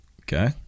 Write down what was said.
Okay